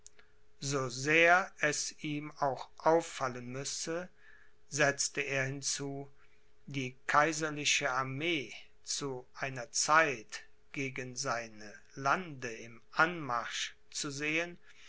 so sehr es ihm auch auffallen müsse setzte er hinzu die kaiserliche armee zu einer zeit gegen seine lande im anmarsch zu sehen